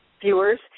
viewers